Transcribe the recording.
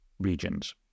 Regions